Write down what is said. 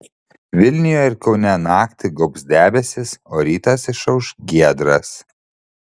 vilniuje ir kaune naktį gaubs debesys o rytas išauš giedras